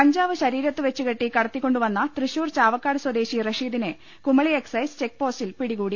കഞ്ചാവ് ശരീരത്തു വച്ചു കെട്ടി കടത്തിക്കൊണ്ടു വന്ന തൃശൂർ ചാവക്കാട് സ്വദേശി റഷീദിനെ കുമളി എക് സൈസ് ചെക്ക് പോസ്റ്റിൽ പിടികൂടി